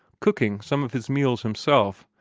cooking some of his meals himself,